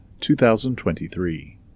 2023